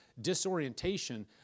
disorientation